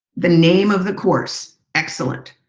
the name of the course. excellent.